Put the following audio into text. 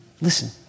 Listen